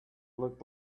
looked